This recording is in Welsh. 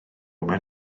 mewn